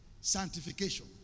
sanctification